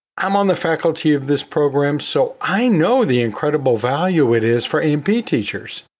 i'm on the faculty of this program so i know the incredible value it is for a and p teachers.